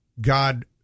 God